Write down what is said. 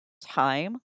time